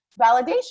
validation